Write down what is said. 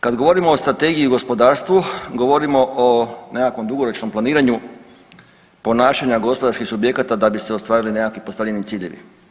Kada govorimo o strategiji i gospodarstvu govorimo o nekakvom dugoročnom planiranju ponašanja gospodarskih subjekata da bi se ostvarili nekakvi postavljeni ciljevi.